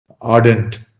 ardent